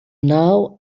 now